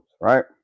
right